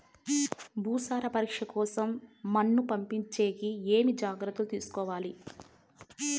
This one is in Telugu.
భూసార పరీక్ష కోసం మన్ను పంపించేకి ఏమి జాగ్రత్తలు తీసుకోవాలి?